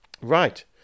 Right